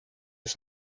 oes